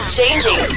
Changing